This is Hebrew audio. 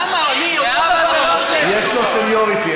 למה, יש לו סניוריטי.